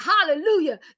hallelujah